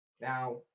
Now